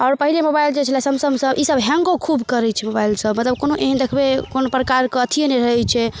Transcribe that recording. आओर पहिले मोबाइल जे छलए सैमसंग सब ईसब हेंगो खूब करै छै मोबाइल सब मतलब कोनो एहन देखबै कोन एहन प्रकारके अथिये नहि रहै छै